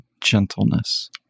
gentleness